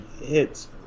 hits